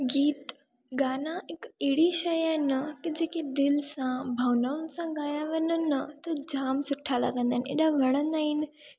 गीत गाना हिकु अहिड़ी शइ आहे न की जेकी दिलि सां भावनाउनि सां ॻाया वञनि न त जाम सुठा लॻंदा आहिनि एॾा वणंदा आहिनि